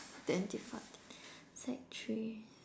twenty fourteen sec three